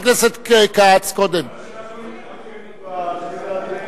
כיוון שאנחנו התמחינו בנושא הזה,